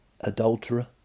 adulterer